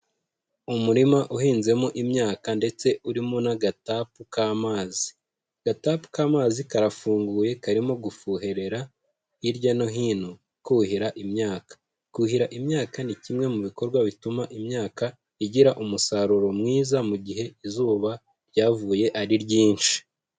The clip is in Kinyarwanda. Umurima uhinzemo imyaka ndetse urimo n'agatapu k'amazi. Agatapu k'amazi karafunguye karimo gufuherera hirya no hino kuhira imyaka. Kuhira imyaka ni kimwe mu bikorwa bituma imyaka igira umusaruro mwiza mu gihe izuba ryavuye ari ryinshi.